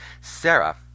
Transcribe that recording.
Sarah